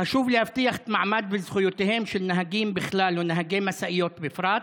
חשוב להבטיח את המעמד והזכויות של נהגים בכלל ונהגי משאיות בפרט.